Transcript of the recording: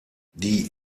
die